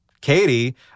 Katie